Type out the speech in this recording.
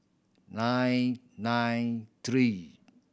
nine nine three